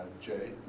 Jay